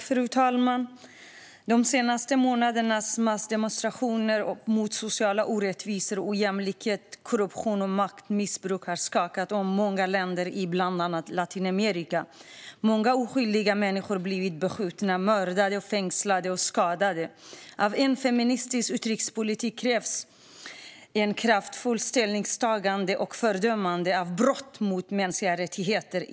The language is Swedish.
Fru talman! De senaste månadernas massdemonstrationer mot sociala orättvisor, ojämlikhet, korruption och maktmissbruk har skakat om många länder i bland annat Latinamerika. Många oskyldiga människor har blivit beskjutna, mördade, fängslade och skadade. Av en feministisk utrikespolitik krävs ett kraftfullt ställningstagande och ett fördömande av brott mot mänskliga rättigheter.